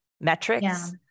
metrics